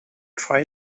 try